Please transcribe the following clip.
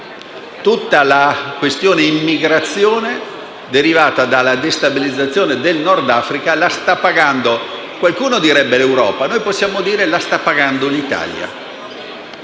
Tutta la questione immigrazione, derivata dalla destabilizzazione del Nord Africa, la sta pagando, qualcuno